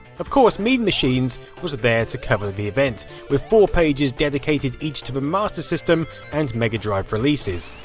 of course mean machines was there to cover the event with four pages dedicated each to the master system and mega drive releases.